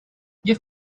give